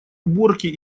уборки